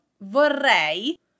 vorrei